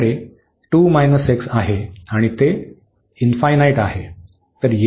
आपल्याकडे 2 वजा x आहे आणि ते आहे